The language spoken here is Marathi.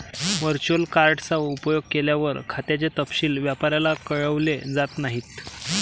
वर्चुअल कार्ड चा उपयोग केल्यावर, खात्याचे तपशील व्यापाऱ्याला कळवले जात नाहीत